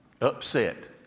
upset